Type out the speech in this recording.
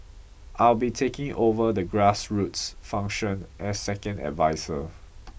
I'll be taking over the grassroots function as second adviser